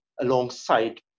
alongside